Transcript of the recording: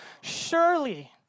Surely